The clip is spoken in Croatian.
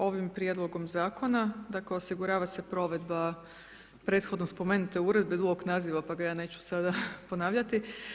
Ovim prijedlogom Zakona, dakle osigurava se provedba prethodno spomenute uredbe dugog naziva pa ja ga neću sada ponavljati.